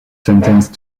sentenced